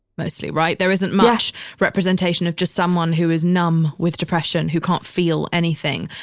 mostly. right? there isn't much representation of just someone who is numb with depression, who can't feel anything,